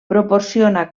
proporciona